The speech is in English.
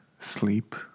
sleep